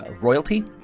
royalty